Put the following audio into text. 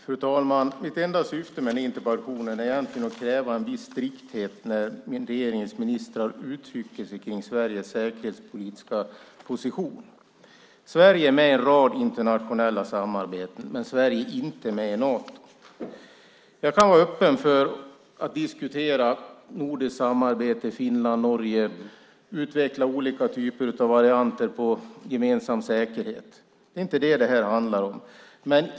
Fru talman! Mitt enda syfte med interpellationen är egentligen att kräva en viss strikthet när regeringens ministrar uttalar sig om Sveriges säkerhetspolitiska position. Sverige är med i en rad internationella samarbeten, men Sverige är inte med i Nato. Jag kan vara öppen för att diskutera nordiskt samarbete med Finland och Norge och att utveckla olika typer av varianter av gemensam säkerhet. Det här handlar inte om detta.